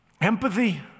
Empathy